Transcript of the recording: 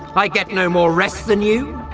i get no more rest than you.